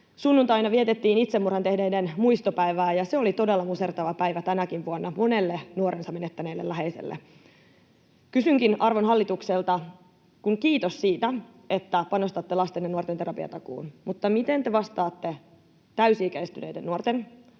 Sunnuntaina vietettiin itsemurhan tehneiden muistopäivää, ja se oli todella musertava päivä tänäkin vuonna monelle nuorensa menettäneelle läheiselle. Kysynkin arvon hallitukselta: Kiitos siitä, että panostatte lasten ja nuorten terapiatakuuseen, mutta miten te vastaatte täysi-ikäistyneiden nuorten,